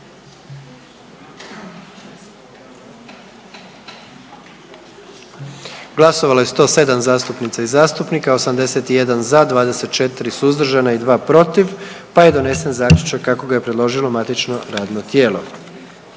Glasovalo je 107 zastupnica i zastupnika, 81 za, 24 suzdržana i 2 protiv pa je donesen zaključak kako ga je predložilo matično radno tijelo.